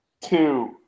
two